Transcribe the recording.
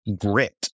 grit